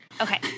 Okay